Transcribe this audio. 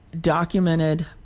documented